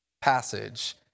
passage